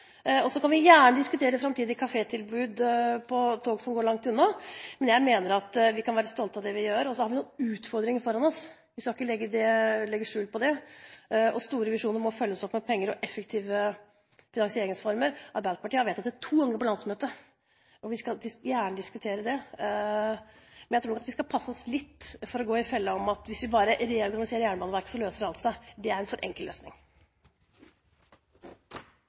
Så kan vi gjerne diskutere framtidige kafétilbud på tog som går langt, men jeg mener at vi kan være stolte av det vi gjør. Så har vi noen utfordringer foran oss, vi skal ikke legge skjul på det. Store visjoner må følges opp med penger og effektive finansieringsformer. Arbeiderpartiet har vedtatt dette to ganger på landsmøtet, og vi skal gjerne diskutere det, men jeg tror nok at vi skal passe oss litt for å gå i den fella at hvis vi bare reorganiserer Jernbaneverket, så løser alt seg. Det er en for enkel løsning.